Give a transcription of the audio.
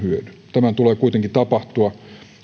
tämän tulee kuitenkin tapahtua